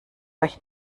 euch